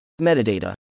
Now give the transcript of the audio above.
Metadata